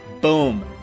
Boom